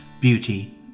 beauty